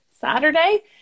Saturday